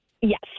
Yes